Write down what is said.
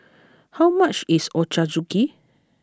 how much is Ochazuke